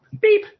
Beep